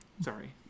sorry